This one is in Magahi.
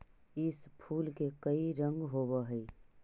इस फूल के कई रंग होव हई